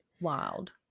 wild